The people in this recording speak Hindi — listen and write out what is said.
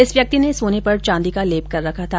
इस व्यक्ति ने सोने पर चांदी का लेप कर रखा था